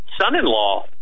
son-in-law